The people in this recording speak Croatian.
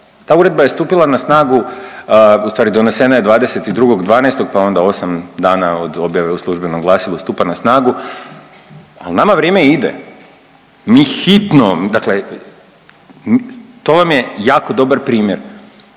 ta uredba je stupila na snagu, u stvari donesena je 22.12. pa onda 8 dana od objave u službenom glasilu stupa na snagu, ali nama vrijeme ide. Mi hitno, dakle to vam je jako dobar primjer.